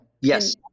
Yes